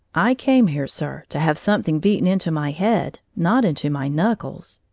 i came here, sir, to have something beaten into my head, not into my knuckles.